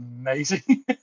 amazing